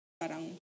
parang